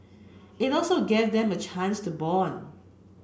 it also gave them a chance to bond